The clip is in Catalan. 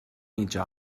mitja